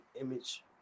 image